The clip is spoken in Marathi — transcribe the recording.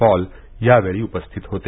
पॉल यावेळी उपस्थित होते